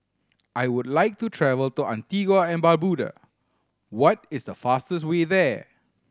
I would like to travel to Antigua and Barbuda what is the fastest way there